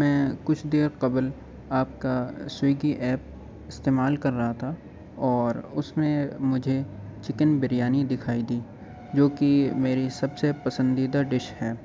میں کچھ دیر قبل آپ کا سویگی ایپ استعمال کر رہا تھا اور اس میں مجھے چکن بریانی دکھائی دی جو کہ میری سب سے پسندیدہ ڈش ہے